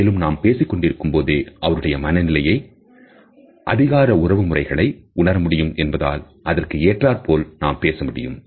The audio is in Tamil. மேலும் நாம் பேசிக்கொண்டிருக்கும்போதே அவருடைய மனநிலையை அதிகார உறவுமுறைகளை உணர முடியும் என்பதால் அதற்கு ஏற்றாற்போல் நாம் பேச முடியும்